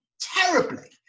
terribly